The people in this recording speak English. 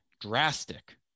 drastic